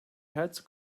heads